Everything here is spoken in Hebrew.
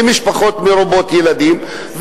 למשפחות מרובות ילדים,